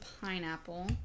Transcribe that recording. pineapple